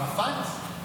ערפאת?